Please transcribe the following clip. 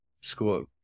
school